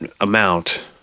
amount